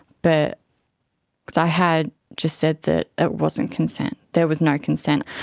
but i had just said that it wasn't consent. there was no consent.